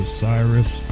Osiris